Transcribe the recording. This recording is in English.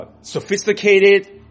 sophisticated